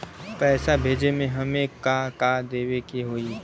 पैसा भेजे में हमे का का देवे के होई?